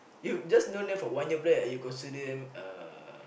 you've just known them for one year plus and you consider them uh